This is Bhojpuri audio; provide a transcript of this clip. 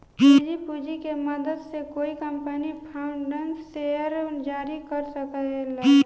निजी पूंजी के मदद से कोई कंपनी फाउंडर्स शेयर जारी कर सके ले